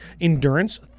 Endurance